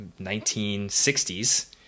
1960s